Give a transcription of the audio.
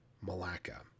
Malacca